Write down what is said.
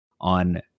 on